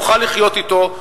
נוכל לחיות אותו.